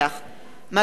מגלי והבה,